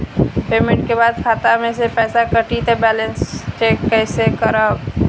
Payment के बाद खाता मे से पैसा कटी त बैलेंस कैसे चेक करेम?